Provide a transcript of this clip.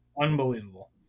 Unbelievable